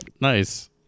Nice